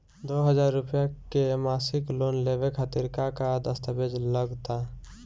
दो हज़ार रुपया के मासिक लोन लेवे खातिर का का दस्तावेजऽ लग त?